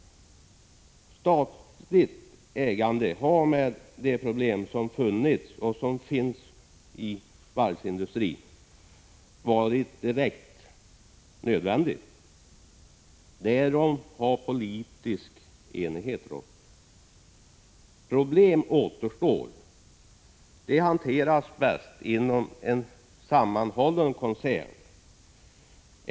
Statligt ägande har, med hänsyn till de problem som funnits och som finns i varvsindustrin, varit direkt nödvändigt. Därom har politisk enighet rått. Problem återstår. De hanteras bäst inom en sammanhållen koncern.